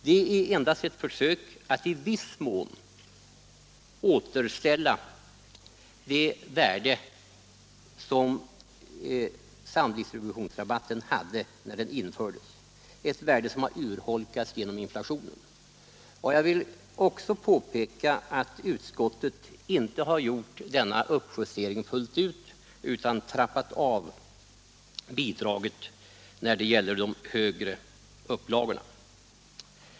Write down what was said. Den är endast ett försök att i viss mån återställa det värde som samdistributionsrabatten hade när den infördes — ett värde som har urholkats genom inflationen. Jag vill också påpeka att utskottet inte har gjort denna uppjustering fullt ut utan trappat av bidraget när det gäller de större upplagorna.